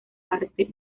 parte